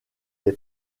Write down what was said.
est